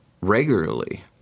regularly